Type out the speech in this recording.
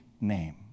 name